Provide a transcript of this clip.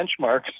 benchmarks